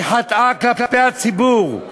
היא חטאה כלפי הציבור,